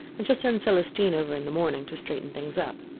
and shall send celestine over in the morning to straighten things up.